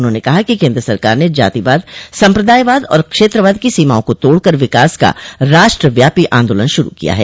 उन्होंने कहा कि केन्द्र सरकार ने जातिवाद सम्प्रदायवाद और क्षेत्रवाद की सीमाओं को तोड़कर विकास का राष्ट्रव्यापी आन्दोलन शुरू किया है